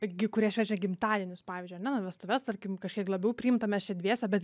bet gi kurie švenčia gimtadienius pavyzdžiui ane nu vestuves tarkim kažkiek labiau priimta mes čia dviese bet